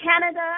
Canada